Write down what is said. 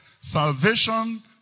salvation